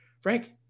Frank